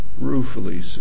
ruefully